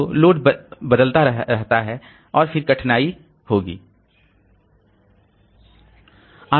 तो लोड बदल रहा है और फिर कठिनाई होगी